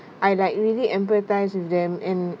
I like really empathise with them and